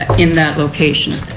in that location.